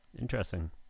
interesting